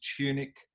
Tunic